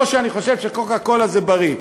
לא שאני חושב ש"קוקה-קולה" זה בריא.